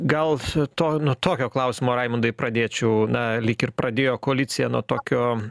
gal to nuo tokio klausimo raimundui pradėčiau na lyg ir pradėjo koalicija nuo tokio